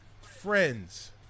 Friends